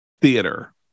theater